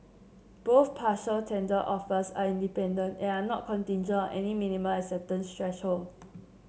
both partial tender offers are independent and are not contingent on any minimum acceptance threshold